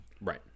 Right